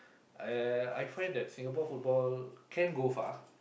I I find that Singapore football can go far